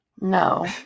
no